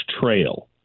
Trail